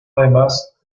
además